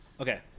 Okay